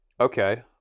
Okay